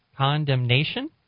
condemnation